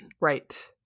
Right